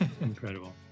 Incredible